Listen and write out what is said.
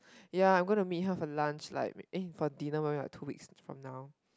ya I gonna meet her for lunch like eh for dinner maybe two weeks from now